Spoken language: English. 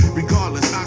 regardless